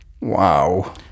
wow